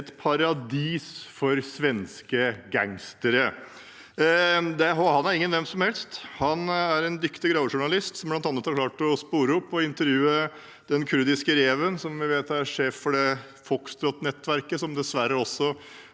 Et paradis for svenske gangstere». Og han er ingen hvem som helst. Han er en dyktig gravejournalist som bl.a. har klart å spore opp og intervjue «den kurdiske reven», som vi vet er sjef for Foxtrotnettverket, som dessverre også